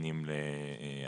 שניתנים על הרצף,